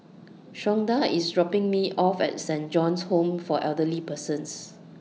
Shawnda IS dropping Me off At Saint John's Home For Elderly Persons